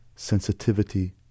sensitivity